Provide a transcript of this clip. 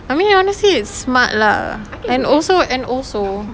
I mean honestly it's smart lah and also and also